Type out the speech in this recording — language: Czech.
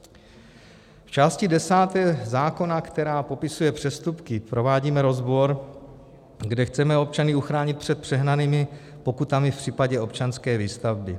V části desáté zákona, která popisuje přestupky, provádíme rozbor, kde chceme občany uchránit před přehnanými pokutami v případě občanské výstavby.